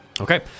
Okay